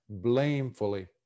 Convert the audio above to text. blamefully